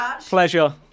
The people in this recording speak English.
pleasure